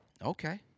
Okay